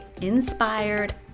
inspired